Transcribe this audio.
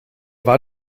war